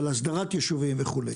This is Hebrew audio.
על אסדרת יישובים וכו'.